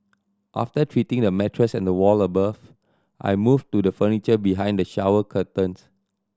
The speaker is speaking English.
after treating the mattress and the wall above I moved to the furniture behind the shower curtains